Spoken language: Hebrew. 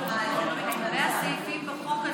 לגבי הסעיפים בחוק,